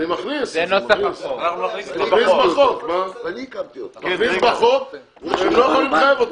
מכניס בחוק שהם לא יכולים לחייב אותך,